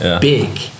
big